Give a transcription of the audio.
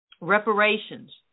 reparations